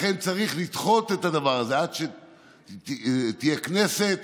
לכן צריך לדחות את הדבר הזה עד שתהיה כנסת,